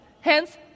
Hence